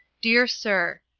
dear sir.